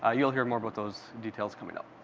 ah you'll hear more about those details coming up.